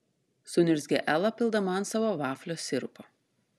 suniurzgė ela pildama ant savo vaflio sirupo